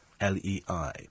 L-E-I